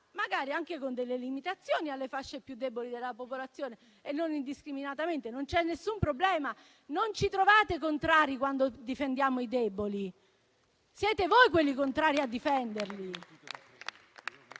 magari anche con delle limitazioni alle fasce più deboli della popolazione e non indiscriminatamente. Ma su questo non c'è nessun problema: non ci trovate contrari quando difendiamo i deboli; siete voi quelli contrari a difenderli.